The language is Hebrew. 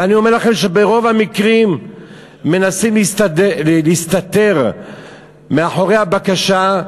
ואני אומר לכם שברוב המקרים מנסים להסתתר מאחורי הבקשה,